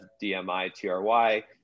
d-m-i-t-r-y